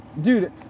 Dude